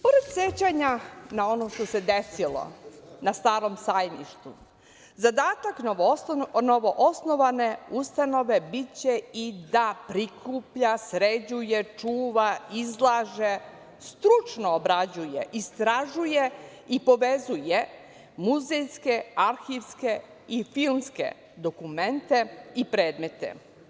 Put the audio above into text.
Pored sećanja na ono što se desilo na Starom sajmištu, zadatak novoosnovane ustanove biće i da prikuplja, sređuje, čuva, izlaže, stručno obrađuje, istražuje i povezuje muzejske, arhivske i filmske dokumente i predmete.